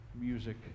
music